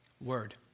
Word